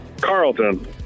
Carlton